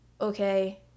okay